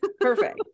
perfect